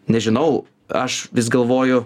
nežinau aš vis galvoju